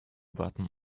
button